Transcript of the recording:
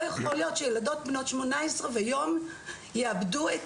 לא יכול להיות שילדות בנות 18 ויום יאבדו את